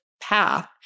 path